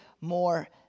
more